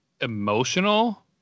emotional